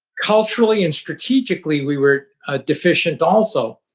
culturally and strategically, we were ah deficient also.